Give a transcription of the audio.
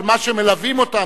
אלא על מה שמלווים אותם,